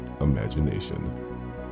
imagination